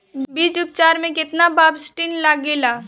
बीज उपचार में केतना बावस्टीन लागेला?